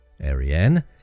Ariane